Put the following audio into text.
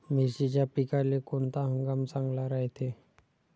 मिर्चीच्या पिकाले कोनता हंगाम चांगला रायते?